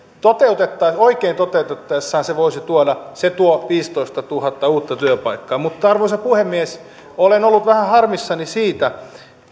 oikein toteutettaessa se tuo viisitoistatuhatta uutta työpaikkaa arvoisa puhemies olen ollut vähän harmissani siitä